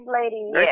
ladies